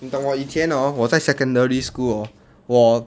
你懂我以前 hor 我在 secondary school hor 我